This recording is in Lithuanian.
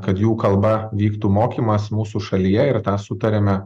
kad jų kalba vyktų mokymas mūsų šalyje ir tą sutariame